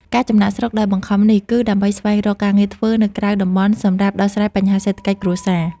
ការចំណាកស្រុកដោយបង្ខំនេះ គឺដើម្បីស្វែងរកការងារធ្វើនៅក្រៅតំបន់សម្រាប់ដោះស្រាយបញ្ហាសេដ្ឋកិច្ចគ្រួសារ។